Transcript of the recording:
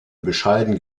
bescheiden